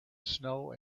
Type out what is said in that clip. snow